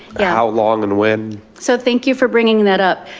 yeah how long and when. so thank you for bringing that up.